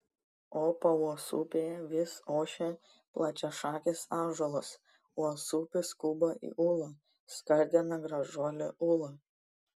o pauosupėje vis ošia plačiašakis ąžuolas uosupis skuba į ūlą skardena gražuolė ūla